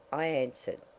i answered.